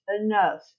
Enough